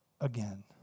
again